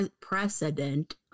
precedent